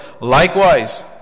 likewise